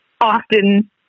often